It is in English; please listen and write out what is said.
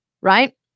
right